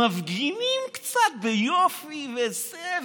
מפגינים קצת ביופי וזה,